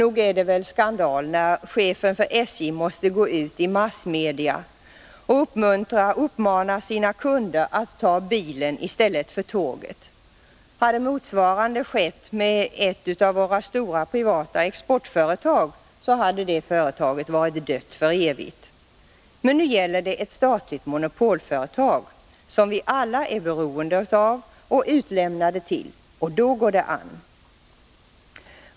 Nog är det väl skandal när chefen för SJ måste gå ut i massmedia och uppmana sina kunder att ta bilen i stället för tåget. Hade motsvarande skett med ett av våra stora privata exportföretag, hade det företaget varit dött för Om pendeltågstraevigt. Men nu gäller det ett statligt monopolföretag, som vi alla är beroende fiken i Stockav och utlämnade till, och då går det an.